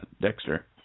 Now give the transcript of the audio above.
Dexter